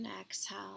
exhale